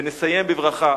נסיים בברכה.